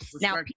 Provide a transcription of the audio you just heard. Now